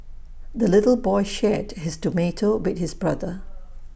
the little boy shared his tomato with his brother